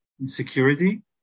insecurity